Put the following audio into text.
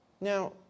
Now